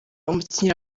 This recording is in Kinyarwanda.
umukinnyi